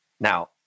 Now